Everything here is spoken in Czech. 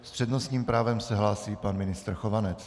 S přednostním právem se hlásí pan ministr Chovanec.